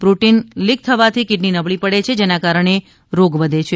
protein leak થવાથી kidney નબળી પડે છે જેના કારણે રોગ વધે છે